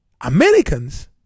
Americans